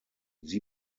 sie